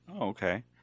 Okay